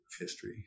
history